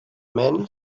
men